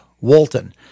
Walton